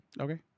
Okay